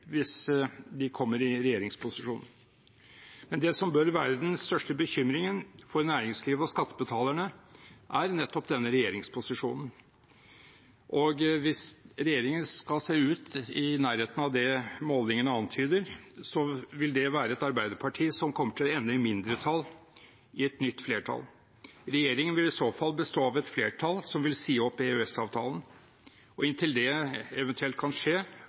hvis de kommer i regjeringsposisjon. Det som bør være den største bekymringen for næringslivet og skattebetalerne, er nettopp denne regjeringsposisjonen. Hvis regjeringen ser ut i nærheten av det målingene antyder, vil det være med et Arbeiderparti som kommer til å ende som et mindretall i et nytt flertall. Regjeringen vil i så fall bestå av et flertall som vil si opp EØS-avtalen. Og inntil det eventuelt kan skje,